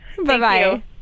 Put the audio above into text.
Bye-bye